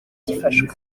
gifashwe